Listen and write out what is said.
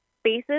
spaces